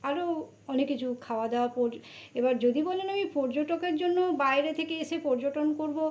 আরো অনেক কিছু খাওয়া দাওয়া এবার যদি বলেন আমি পর্যটকের জন্য বাইরে থেকে এসে পর্যটন করব